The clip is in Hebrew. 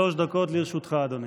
שלוש דקות לרשותך, אדוני.